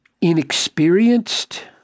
inexperienced